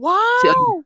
Wow